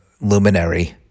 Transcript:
Luminary